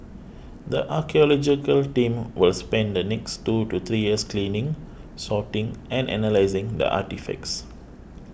the archaeological team will spend the next two to three years cleaning sorting and analysing the artefacts